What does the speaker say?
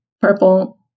purple